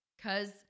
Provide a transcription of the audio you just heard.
cause